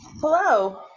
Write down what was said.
Hello